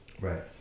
Right